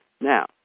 Now